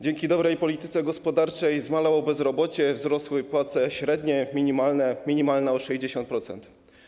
Dzięki dobrej polityce gospodarczej zmalało bezrobocie, wzrosły płace średnie, minimalna o 60%.